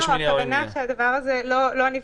הכוונה שהדבר הזה לא נבחן,